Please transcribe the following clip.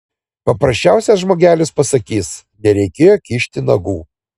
paprasčiausias žmogelis pasakys nereikėjo kišt nagų